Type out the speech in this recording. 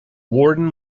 warden